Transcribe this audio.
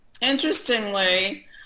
interestingly